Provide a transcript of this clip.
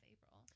April